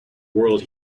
world